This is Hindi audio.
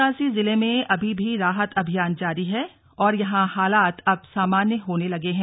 उत्तरकाशी जिले में अभी भी राहत अभियान जारी है और यहां हालात अब सामान्य होने लगे हैं